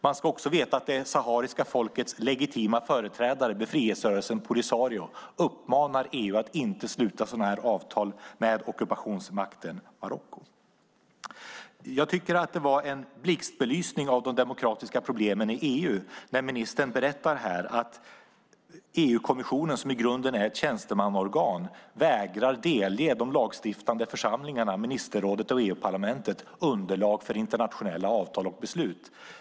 Man ska också veta att det sahariska folkets legitima företrädare, befrielserörelsen Polisario, uppmanar EU att inte sluta sådana här avtal med ockupationsmakten Marocko. Jag tycker att det var en blixtbelysning av de demokratiska problemen i EU när ministern berättade här att EU-kommissionen, som i grunden är ett tjänstemannaorgan, vägrar att delge de lagstiftande församlingarna, ministerrådet och EU-parlamentet, underlag för internationella avtal och beslut.